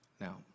Now